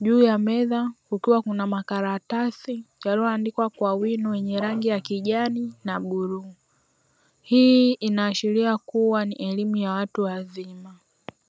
juu ya meza kukiwa na makaratsi yaliyoandikwa kwa wino wenye rangi ya kijani na bluu. Hii inaashiria kua ni elimu ya watu wazima.